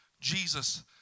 Jesus